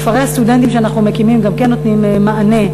כפרי הסטודנטים שאנחנו מקימים גם כן נותנים מענה,